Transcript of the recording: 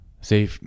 say